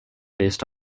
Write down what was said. based